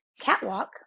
catwalk